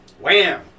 Wham